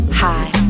high